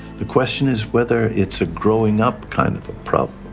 the question is whether it's a growing up kind of a problem.